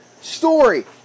story